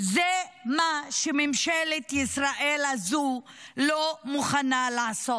זה מה שממשלת ישראל הזו לא מוכנה לעשות.